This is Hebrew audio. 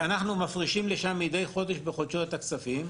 אנחנו מפרישים לשם מידי חודש בחודשו את הכספים.